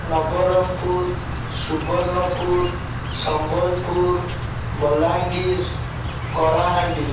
Nabarangpur Subarnapur Sambalpur Balangir Kalahandi